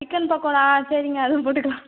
chicken pakoda சரிங்க அதுவும் போட்டுக்கலாம்